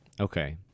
Okay